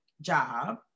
job